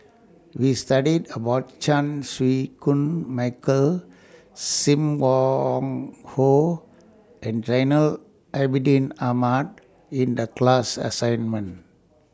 We studied about Chan Chew Koon Michael SIM Wong Hoo and Zainal Abidin Ahmad in The class assignment